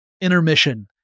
intermission